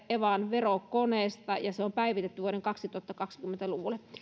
evan verokoneesta ja se on päivitetty vuoden kaksituhattakaksikymmentä